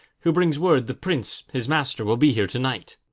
who brings word the prince his master will be here to-night.